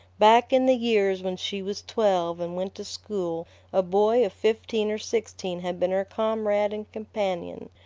back in the years when she was twelve and went to school a boy of fifteen or sixteen had been her comrade and companion.